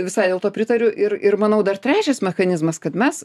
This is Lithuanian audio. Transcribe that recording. visai dėl to pritariu ir ir manau dar trečias mechanizmas kad mes